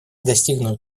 достигнут